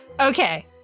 Okay